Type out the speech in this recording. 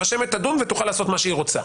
הרשמת תדון ותוכל לעשות מה שהיא רוצה.